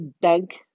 bank